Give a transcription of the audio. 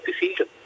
decision